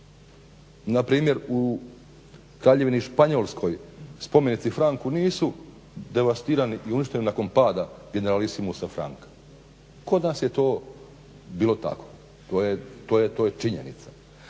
Npr. u Kraljevini Španjolskoj spomenici Franku nisu devastirani i uništeni nakon pada generalisimusa Franka. Kod nas je to bilo tako, to je činjenica.